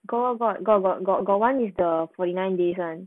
got got got got got got one is the forty nine days [one]